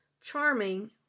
charming